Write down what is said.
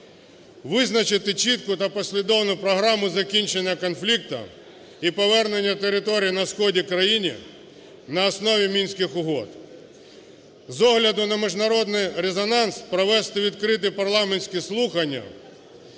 Визначити чітку та послідовну програму закінчення конфлікту і повернення територій на сході країни на основі Мінських угод, з огляду на міжнародний резонанс провести відкриті парламентські слухання